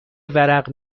ورق